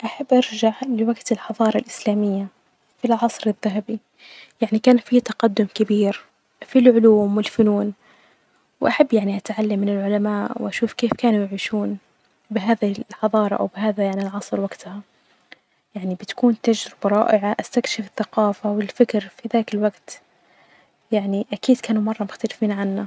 أحب أرجع لوجت الحظارة الإسلامية، في العصر الذهبي يعني كان في تقدم كبير في العلوم والفنون، وأحب يعني أتعلم من العلماء وأشوف كيف كانوا يعيشون بهذه الحظارة، أو بلهذا يعني العصر وجتها، يعني بتكون تجربة رائعة أستكشف الثقافة والفكر في هذا الوجت، يعني أكيد كانوا مرة مختلفين عنا.